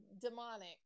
demonic